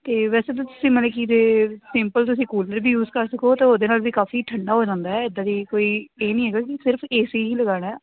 ਅਤੇ ਵੈਸੇ ਤਾਂ ਤੁਸੀਂ ਮਤਲਬ ਕਿ ਜੇ ਸਿੰਪਲ ਤੁਸੀਂ ਕੂਲਰ ਵੀ ਯੂਜ ਕਰ ਸਕੋ ਤਾਂ ਉਹਦੇ ਨਾਲ ਵੀ ਕਾਫੀ ਠੰਡਾ ਹੋ ਜਾਂਦਾ ਇੱਦਾਂ ਦੀ ਕੋਈ ਇਹ ਨਹੀਂ ਹੈਗਾ ਸਿਰਫ ਏ ਸੀ ਹੀ ਲਗਾਉਣਾ